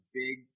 big